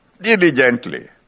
diligently